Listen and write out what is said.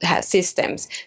systems